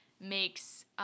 makes